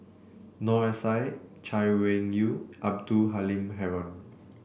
Noor S I Chay Weng Yew Abdul Halim Haron